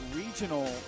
regional